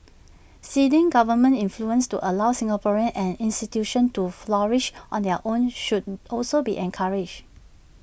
ceding government influence to allow Singaporeans and institutions to flourish on their own should also be encouraged